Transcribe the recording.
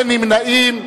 אין נמנעים.